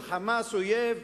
של "חמאס" אויב,